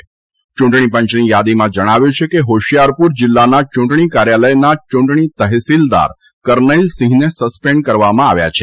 યૂંટણી પંચની થાદીમાં જણાવ્યું છે કે હોશીયારપુર જીલ્લાના ચૂંટણી કાર્યાલયના ચૂંટણી તહેસીલદાર કરનૈલ સિંહને સસ્પેન્ડ કરવામાં આવ્યા છે